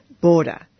border